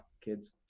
kids